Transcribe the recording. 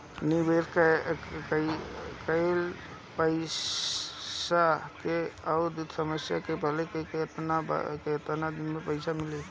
निवेश कइल पइसा के अवधि समाप्त भइले के केतना दिन बाद पइसा मिली?